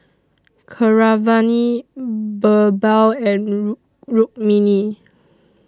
Keeravani Birbal and Rukmini